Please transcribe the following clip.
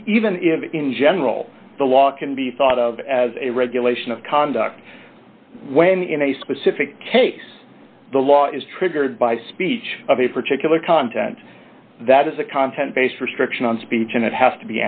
even if in general the law can be thought of as a regulation of conduct when in a specific case the law is triggered by speech of a particular content that is a content based restriction on speech and it has to